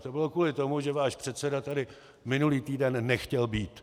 To bylo kvůli tomu, že váš předseda tady minulý týden nechtěl být.